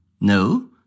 No